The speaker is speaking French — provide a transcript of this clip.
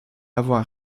avoir